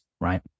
right